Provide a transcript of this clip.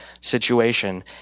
situation